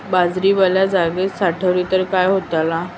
बाजरी वल्या जागेत साठवली तर काय होताला?